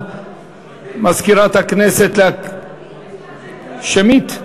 מזכירת הכנסת, נא, שמית,